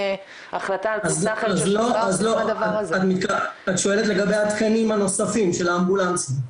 את שואלת לגבי התקנים הנוספים של האמבולנסים.